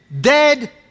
Dead